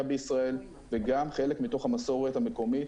בישראל וגם חלק מתוך המסורת המקומית,